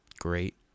great